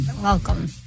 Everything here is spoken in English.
welcome